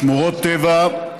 שמורות טבע,